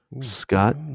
scott